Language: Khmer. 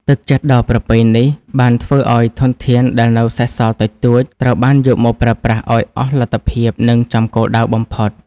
ទឹកចិត្តដ៏ប្រពៃនេះ បានធ្វើឱ្យធនធានដែលនៅសេសសល់តិចតួច ត្រូវបានយកមកប្រើប្រាស់ឱ្យអស់លទ្ធភាព និងចំគោលដៅបំផុត។